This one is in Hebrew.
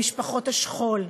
למשפחות השכול.